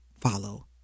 follow